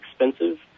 expensive